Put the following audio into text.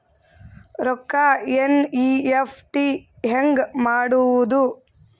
ರೊಕ್ಕ ಎನ್.ಇ.ಎಫ್.ಟಿ ಹ್ಯಾಂಗ್ ಮಾಡುವುದು?